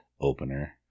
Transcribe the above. opener